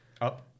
Up